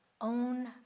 Own